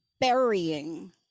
burying